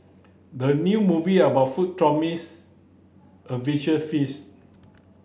the new movie about food promise a visual feast